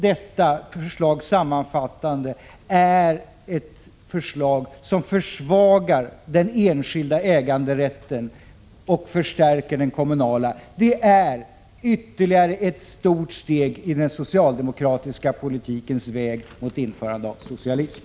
Detta förslag är sammanfattningsvis ett förslag som försvagar den enskilda äganderätten och förstärker den kommunala. Det är ytterligare ett stort steg i den socialdemokratiska politikens väg mot införande av socialism.